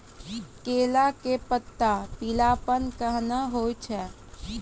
केला के पत्ता पीलापन कहना हो छै?